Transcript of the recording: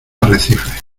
arrecifes